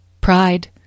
pride